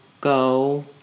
go